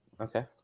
okay